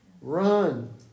Run